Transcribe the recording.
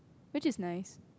which is nice